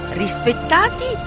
rispettati